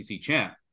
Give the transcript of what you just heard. champ